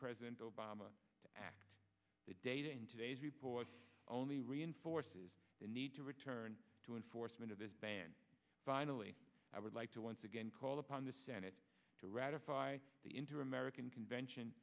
president obama to act the data in today's report only reinforces the need to return to enforcement of this ban finally i would like to once again call upon the senate to ratify the into american convention